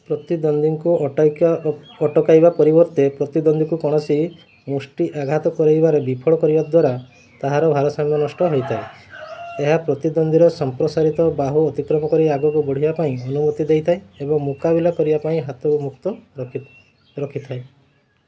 ପ୍ରତିଦ୍ୱନ୍ଦ୍ୱୀଙ୍କୁ ଅଟକ୍ୟା ଅଟକାଇବା ପରିବର୍ତ୍ତେ ପ୍ରତିଦ୍ୱନ୍ଦ୍ୱୀକୁ କୌଣୋସି ମୁଷ୍ଟି ଆଘାତ କରାଇବାରେ ବିଫଳ କରିବା ଦ୍ୱାରା ତାହାର ଭାରସାମ୍ୟ ନଷ୍ଟ ହୋଇଥାଏ ଏହା ପ୍ରତିଦ୍ୱନ୍ଦ୍ୱୀର ସମ୍ପ୍ରସାରିତ ବାହୁ ଅତିକ୍ରମ କରି ଆଗକୁ ବଢ଼ିବା ପାଇଁ ଅନୁମତି ଦେଇଥାଏ ଏବଂ ମୁକାବିଲା କରିବା ପାଇଁ ହାତକୁ ମୁକ୍ତ ରଖି ରଖିଥାଏ